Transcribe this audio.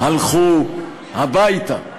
הלכו הביתה.